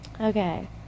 Okay